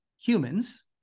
humans